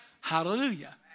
Hallelujah